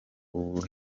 ubu